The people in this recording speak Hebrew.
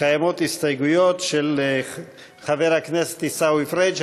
יש הסתייגויות של חבר הכנסת עיסאווי פריג'.